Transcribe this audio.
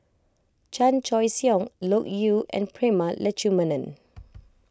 Chan Choy Siong Loke Yew and Prema Letchumanan